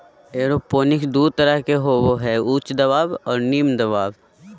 aeroponics दू तरह के होबो हइ उच्च दबाव और निम्न दबाव